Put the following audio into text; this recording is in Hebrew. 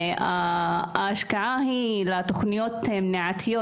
ההשקעה היא בתוכניות מניעתיות.